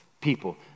people